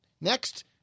next